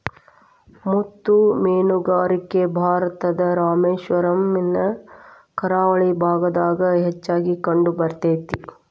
ಮುತ್ತು ಮೇನುಗಾರಿಕೆ ಭಾರತದ ರಾಮೇಶ್ವರಮ್ ನ ಕರಾವಳಿ ಭಾಗದಾಗ ಹೆಚ್ಚಾಗಿ ಕಂಡಬರ್ತೇತಿ